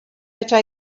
fedra